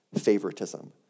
favoritism